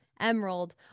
Emerald